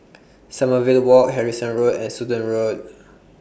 Sommerville Walk Harrison Road and Sudan Road